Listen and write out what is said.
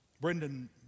Brendan